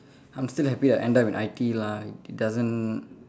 I'm still happy I end up in I_T_E lah it doesn't